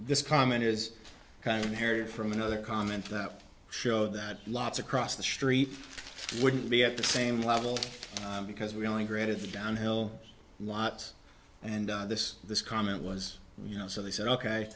this comment is kind of carried from another comment that showed that lots across the street wouldn't be at the same level because we only granted the downhill lots and this this comment was you know so they said ok